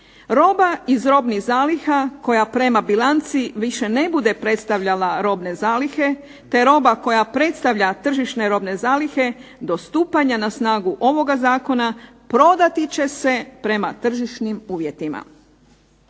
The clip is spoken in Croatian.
roba iz robnih zaliha koja prema bilanci više ne bude predstavljala robne zalihe te roba koja predstavlja tržišne robne zalihe do stupanja na snagu ovoga zakona prodati će se prema tržišnim uvjetima.